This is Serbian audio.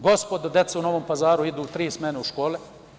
Gospodo, deca u Novom Pazaru idu u tri smene u škole.